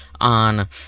on